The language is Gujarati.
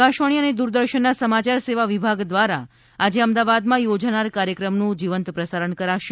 આકાશવાણી અને દૂરદર્શનના સમાચાર સેવા વિભાગ દ્વારા આજે અમદાવાદમાં યોજાનર કાર્યક્રમનું જીવંત પ્રસારણ કરાશે